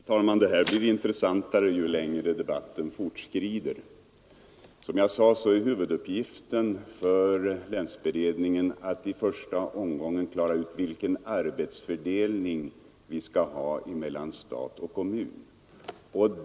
Herr talman! Debatten blir intressantare ju längre den fortskrider. Som jag sade är huvuduppgiften för länsberedningen att i första omgången klara ut vilken arbetsfördelning som skall gälla mellan stat och kommun.